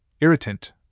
irritant